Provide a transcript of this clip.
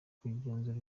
kugenzura